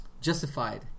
Justified